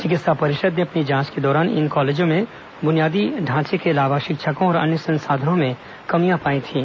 चिकित्सा परिषद ने अपनी जांच के दौरान इन कॉलेजों में बुनियादी ढांचे के अलावा शिक्षकों और अन्य संसाधनों में कमियां पाई थीं